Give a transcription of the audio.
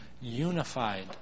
unified